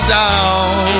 down